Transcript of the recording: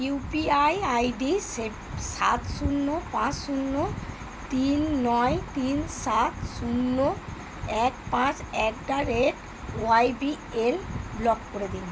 you P I ID সেভ সাত শূন্য পাঁচ শূন্য তিন নয় তিন সাত শূন্য এক পাঁচ at the rate Y B L block করে দিন